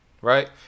right